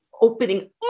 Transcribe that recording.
opening